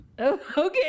Okay